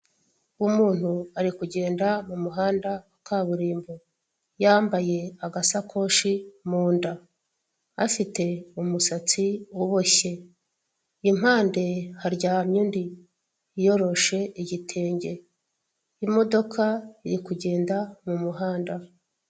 Umuntu ari kugenda mu muhanda wa kaburimbo yambaye agasakoshi munda afite umusatsi uboshye, impande haryamye undi wiyoroshe igitenge. Imodoka iri kugenda mu muhanda.